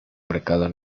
mercado